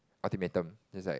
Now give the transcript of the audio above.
ultimatum is like